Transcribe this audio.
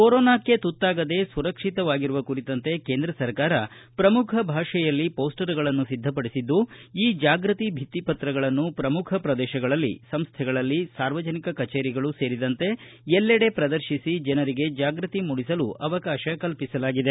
ಕೊರೊನಾಕ್ಕೆ ತುತ್ತಾಗದೆ ಸುರಕ್ಷಿತವಾಗಿರುವ ಕುರಿತಂತೆ ಕೇಂದ್ರ ಸರ್ಕಾರ ಪ್ರಮುಖ ಭಾಷೆಯಲ್ಲಿ ಮೋಸ್ವರ್ಗಳನ್ನು ಕೇಂದ್ರ ಸರ್ಕಾರ ಸಿದ್ದಪಡಿಸಿದ್ದು ಈ ಜಾಗೃತಿ ಭಿತ್ತಿಪತ್ರಗಳನ್ನು ಪ್ರಮುಖ ಪ್ರದೇಶಗಳಲ್ಲಿ ಸಂಸ್ಥೆಗಳಲ್ಲಿ ಸಾರ್ವಜನಿಕ ಕಚೇರಿಗಳು ಸೇರಿದಂತೆ ಎಲ್ಲೆಡೆ ಪ್ರದರ್ಶಿಸಿ ಜನರಿಗೆ ಜಾಗೃತಿ ಮೂಡಿಸಲು ಅವಕಾಶ ಕಲ್ಪಿಸಲಾಗಿದೆ